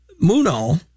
Muno